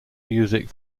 music